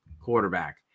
quarterback